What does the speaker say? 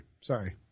sorry